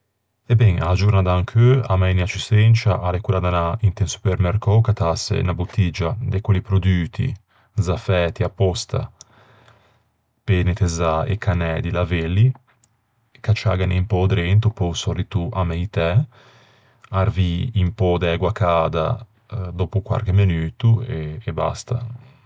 E ben, a-a giornâ d'ancheu a mainea ciù sencia a l'é quella d'anâ inte un supermercou, cattâse unna bottiggia de quelli produti za fæti apòsta pe nettezzâ e cannæ di lavelli, cacciâghene un pö drento, pe-o sòlito a meitæ, arvî un pö d'ægua cada dòppo quarche menuto e e basta.